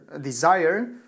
desire